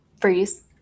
freeze